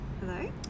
Hello